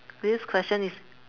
this question is